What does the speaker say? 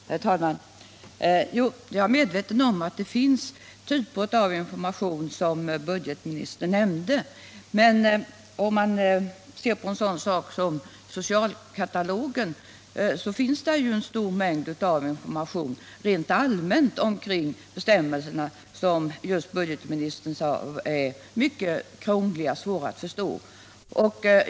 Herr talman! Jag är medveten om att det finns sådan information som budgetministern nämnde. Men it.ex. socialkatalogen finner man en stor mängd av information rent allmänt omkring bestämmelserna, som — såsom budgetministern just sade — är mycket krånglig och svår att förstå.